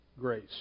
grace